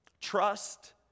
Trust